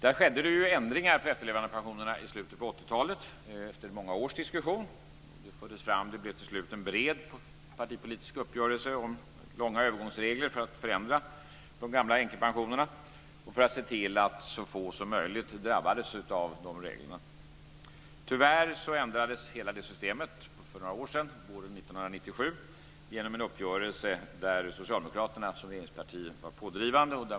Det skedde ändringar för efterlevandepensionerna i slutet på 80-talet efter många års diskussion. Det blev till slut en bred partipolitisk uppgörelse om övergångsregler under lång tid för att förändra de gamla änkepensionerna och för att se till att så få som möjligt drabbades av reglerna. Tyvärr ändrades hela systemet för några år sedan, våren 1997, genom en uppgörelse där Socialdemokraterna som regeringsparti var pådrivande.